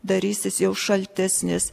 darysis jau šaltesnis